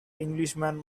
englishman